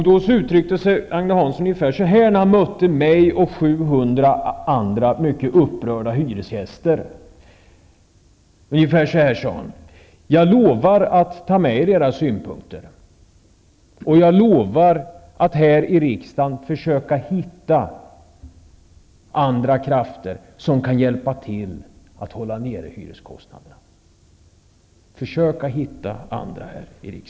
Då uttryckte sig Agne Hansson ungefär på följande sätt när han mötte mig och 700 andra mycket upprörda hyresgäster: Jag lovar att ta med era synpunkter, och jag lovar att i riksdagen försöka hitta andra krafter som kan hjälpa till att hålla nere hyreskostnaderna.